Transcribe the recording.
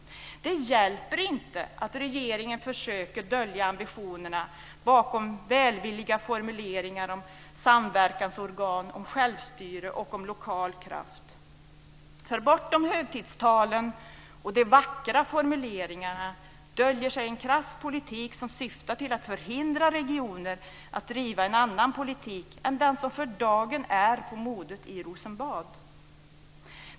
Det hjälper inte att regeringen försöker dölja ambitionerna bakom välvilliga formuleringar om samverkansorgan, självstyre och lokal kraft. Bortom högtidstalen och de vackra formuleringarna döljer sig en krass politik som syftar till att förhindra regioner att driva en annan politik än den som för dagen är på modet i Rosenbad.